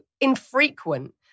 infrequent